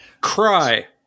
Cry